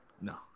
No